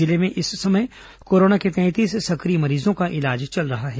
जिले में इस समय कोरोना के तैंतीस सक्रिय मरीजों का इलाज चल रहा है